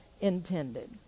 intended